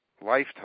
lifetime